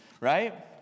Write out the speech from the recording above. right